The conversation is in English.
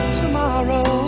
tomorrow